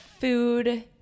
food